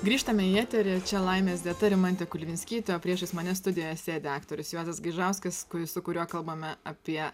grįžtame į eterį čia laimės dieta rimantė kulviskytė o priešais mane studijoje sėdi aktorius juozas gaižauskas kuris su kuriuo kalbame apie